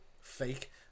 fake